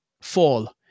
fall